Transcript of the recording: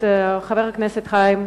את חבר הכנסת חיים אורון,